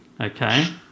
Okay